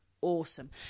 awesome